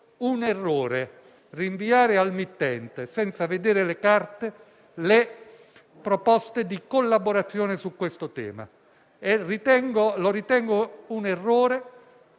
un errore rinviare al mittente, senza vedere le carte, le proposte di collaborazione su questo tema. Lo ritengo un errore